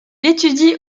étudie